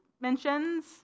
mentions